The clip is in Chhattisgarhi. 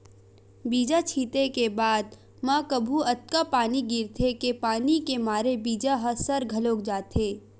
बीजा छिते के बाद म कभू अतका पानी गिरथे के पानी के मारे बीजा ह सर घलोक जाथे